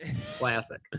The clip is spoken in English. classic